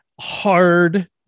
hard